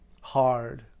hard